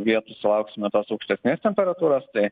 vietų sulauksime tos aukštesnės temperatūros tai